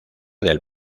del